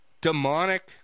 demonic